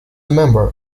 member